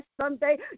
Sunday